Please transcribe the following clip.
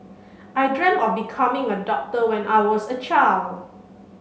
I dreamt of becoming a doctor when I was a child